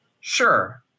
Sure